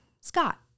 Scott